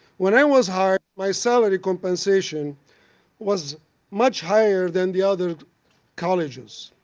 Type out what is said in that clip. when i was hired, my salary compensation was much higher than the other colleges.